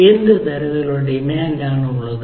എന്ത് തരത്തിലുള്ള ഡിമാൻഡാണ് ഉള്ളത്